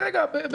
רק רגע.